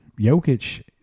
Jokic –